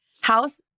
house